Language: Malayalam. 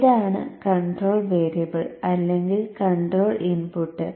ഇതാണ് കൺട്രോൾ വേരിയബിൾ അല്ലെങ്കിൽ കൺട്രോൾ ഇൻപുട്ട്